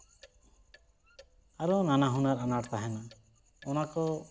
ᱟᱨᱚ ᱱᱟᱱᱟ ᱦᱩᱱᱟᱹᱨ ᱟᱱᱟᱴ ᱛᱟᱦᱮᱱᱟ ᱚᱱᱟ ᱠᱚ